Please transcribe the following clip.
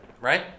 right